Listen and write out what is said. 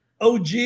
OG